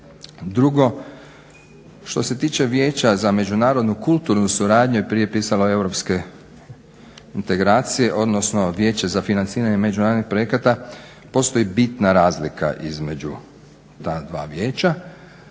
Drugo, što se tiče Vijeća za međunarodnu kulturnu suradnju i prije je pisalo europske integracije odnosno Vijeće za financiranje međunarodnih projekata postoji bitna razlika između ta dva vijeća.